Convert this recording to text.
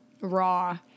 raw